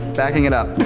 backing it up